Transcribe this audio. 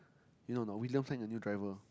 you know or not William signed a new driver